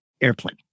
Airplane